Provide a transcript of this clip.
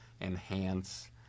enhance